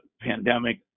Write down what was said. pandemic